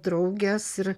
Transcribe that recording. draugės ir